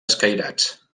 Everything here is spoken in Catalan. escairats